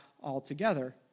altogether